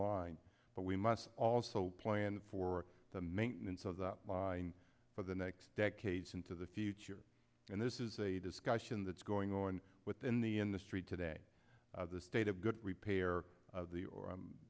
line but we must also plan for the maintenance of that by for the next decades into the future and this is a discussion that's going on within the industry today the state of good repair of the or